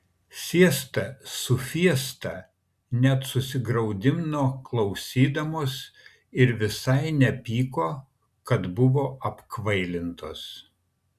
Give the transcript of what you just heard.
siesta su fiesta net susigraudino klausydamos ir visai nepyko kad buvo apkvailintos